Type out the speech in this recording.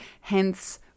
Hence